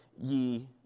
ye